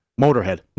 Motorhead